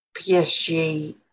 PSG